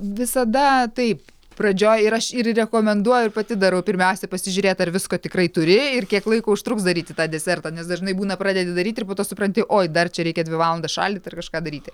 visada taip pradžioj ir aš ir rekomenduoju ir pati darau pirmiausia pasižiūrėt ar visko tikrai turi ir kiek laiko užtruks daryti tą desertą nes dažnai būna pradedi daryti ir po to supranti oi dar čia reikia dvi valandas šaldyti ir kažką daryti